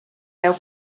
veu